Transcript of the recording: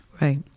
Right